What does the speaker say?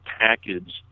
package